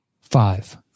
Five